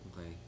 Okay